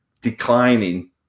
declining